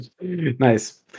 nice